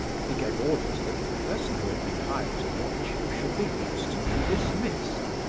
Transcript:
he gave orders that the person who had been hired to watch you should be instantly dismissed.